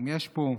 אם יש פה,